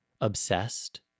obsessed